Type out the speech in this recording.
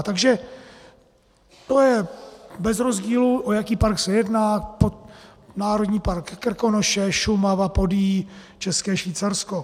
Takže to je bez rozdílu, o jaký park se jedná národní park Krkonoše, Šumava, Podyjí, České Švýcarsko.